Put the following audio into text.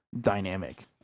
dynamic